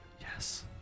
Yes